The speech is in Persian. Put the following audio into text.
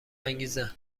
انگیزه